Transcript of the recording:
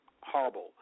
Horrible